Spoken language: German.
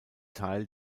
teil